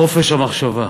חופש המחשבה,